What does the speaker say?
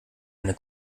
eine